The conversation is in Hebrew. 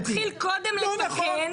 תתחיל קודם לתקן.